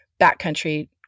backcountry